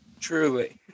Truly